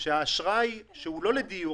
שהאשראי לא לדיור,